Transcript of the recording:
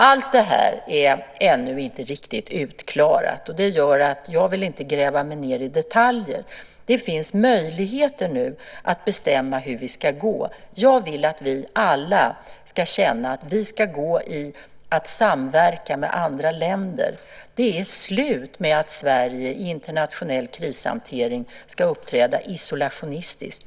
Allt detta är ännu inte riktigt utklarat, och det gör att jag inte vill gräva ned mig i detaljer. Det finns nu möjligheter att bestämma hur vi ska gå. Jag vill att vi alla ska känna att vi ska samverka med andra länder. Det är slut med att Sverige i internationell krishantering ska uppträda isolationistiskt.